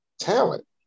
Talent